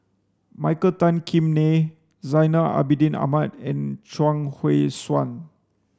Michael Tan Kim Nei Zainal Abidin Ahmad and Chuang Hui Tsuan